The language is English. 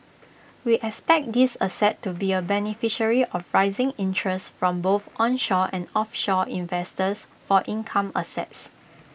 we expect this asset to be A beneficiary of rising interests from both onshore and offshore investors for income assets